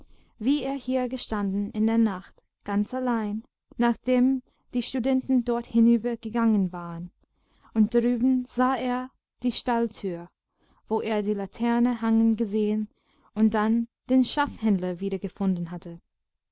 wie er hier gestanden in der nacht ganz allein nachdem die studenten dorthinüber gegangen waren und drüben sah er die stalltür wo er die laterne hangen gesehen und dann den schafhändler wiedergefunden hatte